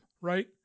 right